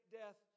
death